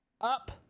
up